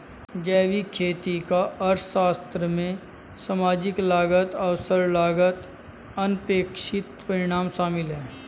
जैविक खेती का अर्थशास्त्र में सामाजिक लागत अवसर लागत अनपेक्षित परिणाम शामिल है